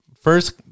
first